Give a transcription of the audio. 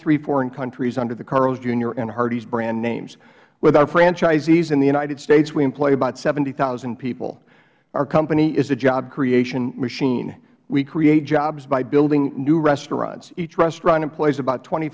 three foreign countries under the carl's junior and hardee's brand names with our franchisees in the united states we employ about seventy thousand people our company is a job creation machine we create jobs by building new restaurants each restaurant employs about twenty